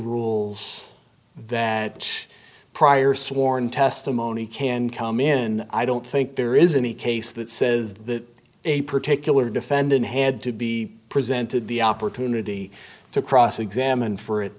rules that prior sworn testimony can come in i don't think there is any case that says that a particular defendant had to be presented the opportunity to cross examine for it